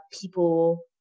people